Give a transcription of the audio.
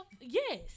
Yes